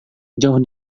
jauh